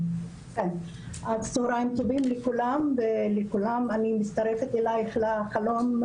צהריים טובים לכולם, אני מצטרפת אלייך לחלום,